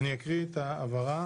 אני אקריא את ההבהרה.